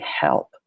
help